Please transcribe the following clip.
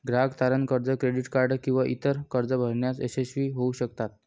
ग्राहक तारण कर्ज, क्रेडिट कार्ड किंवा इतर कर्जे भरण्यात अयशस्वी होऊ शकतात